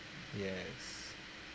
yes